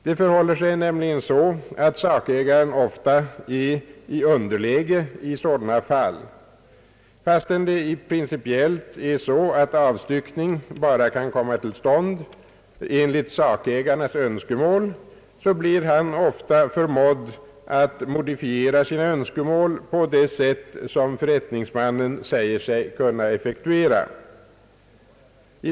Det förhåller sig nämligen så, att sakägaren ofta är i underläge i sådana fall. Fastän det i princip är så att avstyckning bara kan komma till stånd enligt sakägarens önskemål, blir han ofta förmådd att modifiera sina önskemål på det sätt som förrättningsmannen säger sig kunna effektuera.